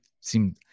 seem